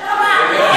אין לכם אמון בהם?